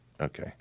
Okay